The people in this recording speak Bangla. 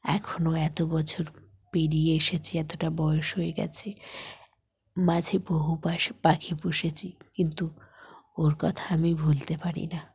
এখনও এত বছর পেরিয়ে এসেছি এতটা বয়স হয়ে গিয়েছে মাঝে বহু পাশ পাখি পুষেছি কিন্তু ওর কথা আমি ভুলতে পারি না